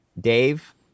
Dave